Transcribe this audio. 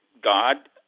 God